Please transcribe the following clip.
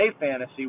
Fantasy